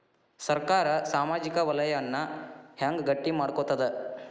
ಸರ್ಕಾರಾ ಸಾಮಾಜಿಕ ವಲಯನ್ನ ಹೆಂಗ್ ಗಟ್ಟಿ ಮಾಡ್ಕೋತದ?